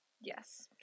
Yes